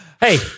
Hey